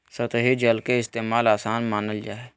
सतही जल के इस्तेमाल, आसान मानल जा हय